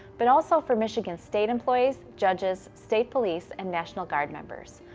but also for michigan state employees, judges, state police and national guard members.